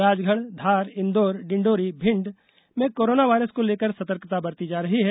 राजगढ़ धार इंदौर डिंडोरी भिण्ड में corona virus को लेकर सतर्कता बरती जा रही है